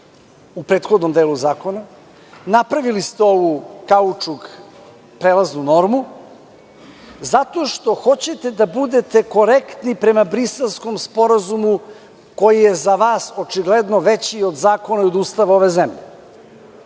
u prethodnom delu zakona. Napravili ste kaučuk prelaznu normu zato što hoćete da budete prema Briselskom sporazumu koji je za vas očigledno veći od zakona i Ustava ove zemlje.